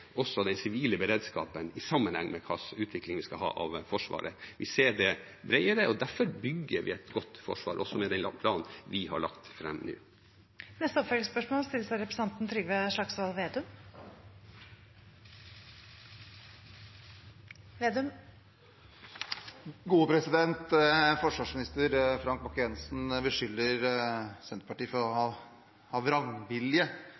også den sivile beredskapen i sammenheng med hva slags utvikling vi skal ha av Forsvaret. Vi ser det bredere, og derfor bygger vi et godt forsvar også med den planen vi har lagt fram nå. Det åpnes for oppfølgingsspørsmål – først Trygve Slagsvold Vedum. Forsvarsminister Frank Bakke-Jensen beskylder Senterpartiet for å ha vrangvilje